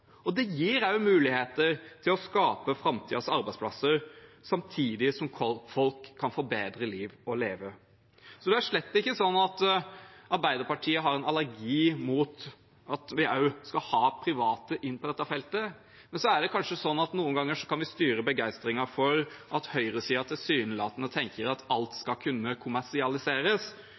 og det gir også muligheter til å skape framtidens arbeidsplasser, samtidig som folk kan få bedre liv. Det er slett ikke sånn at Arbeiderpartiet har en allergi mot at vi skal ha private inn på dette feltet, men noen ganger kan vi kanskje styre begeistringen for at høyresiden tilsynelatende tenker at alt skal kunne kommersialiseres.